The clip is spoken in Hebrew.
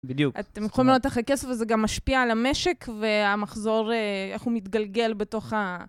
בדיוק. אתם יכולים לראות איך הכסף הזה גם משפיע על המשק והמחזור, איך הוא מתגלגל בתוך ה...